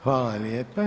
Hvala lijepa.